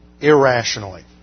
irrationally